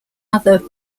other